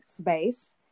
space